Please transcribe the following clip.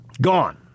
Gone